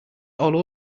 all